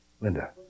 Linda